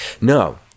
No